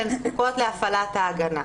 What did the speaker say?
והן זקוקות להפעלת ההגנה.